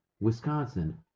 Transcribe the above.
Wisconsin